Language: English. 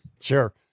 Sure